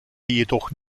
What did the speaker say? jedoch